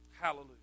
Hallelujah